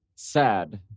sad